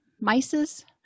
mice's